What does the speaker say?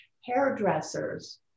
hairdressers